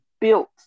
built